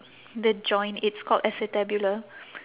the joint it's called acetabulum